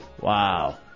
Wow